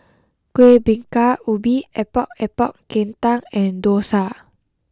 Kueh Bingka Ubi Epok Epok Kentang and Dosa